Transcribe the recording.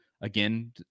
again